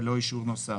בלא אישור נוסף,"